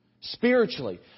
Spiritually